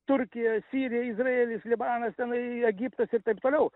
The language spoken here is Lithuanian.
turkija sirija izraelis libanas tenai egiptas ir taip toliau